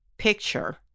picture